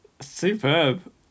Superb